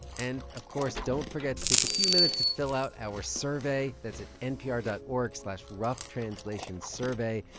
and of course, don't forget to take a few minutes to fill out our survey. that's at npr dot org slash roughtranslationsurvey.